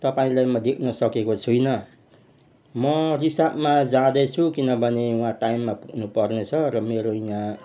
तपाईँलाई म देख्न सकेको छुइनँ म रिसापमा जाँदैछु किनभने वहाँ टाइममा पुग्नु पर्नेछ र मेरो यहाँ